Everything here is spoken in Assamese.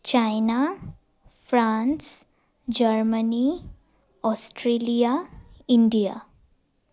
চাইনা ফ্ৰান্স জাৰ্মানী অষ্ট্ৰেলিয়া ইণ্ডিয়া